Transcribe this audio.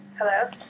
Hello